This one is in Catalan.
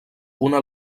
una